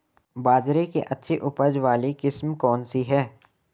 बाजरे की अच्छी उपज वाली किस्म कौनसी है?